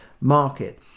market